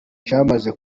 cyamaze